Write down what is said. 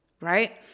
Right